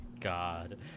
God